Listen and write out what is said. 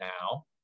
now